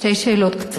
שתי שאלות קצרות.